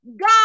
God